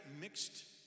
mixed